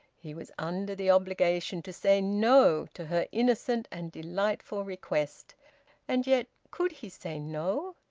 he was under the obligation to say no to her innocent and delightful request and yet could he say no?